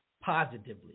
positively